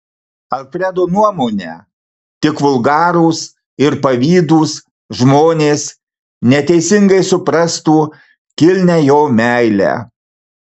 alfredo nuomone tik vulgarūs ir pavydūs žmonės neteisingai suprastų kilnią jo meilę